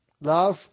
love